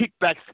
kickbacks